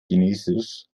chinesisch